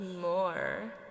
more